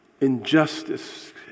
Injustice